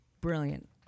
brilliant